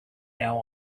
now